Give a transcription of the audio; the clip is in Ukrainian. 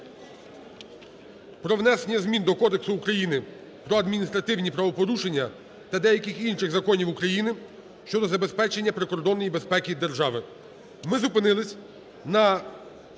про внесення змін до Кодексу України про адміністративні правопорушення та деяких інших законів України щодо забезпечення прикордонної безпеки держави. Ми зупинилися на